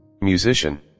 musician